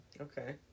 Okay